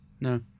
No